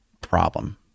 problem